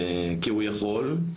כי הוא יכול,